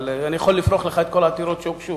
אבל אני יכול להפריך לך את כל העתירות שהוגשו.